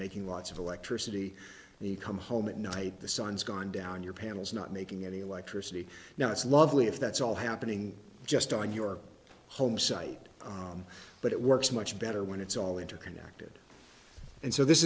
making lots of electricity and you come home at night the sun's gone down your panels not making any electricity now it's lovely if that's all happening just on your home site but it works much better when it's all interconnected and so this